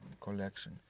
collection